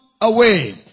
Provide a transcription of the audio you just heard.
away